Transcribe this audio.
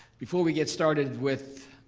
before we get started with,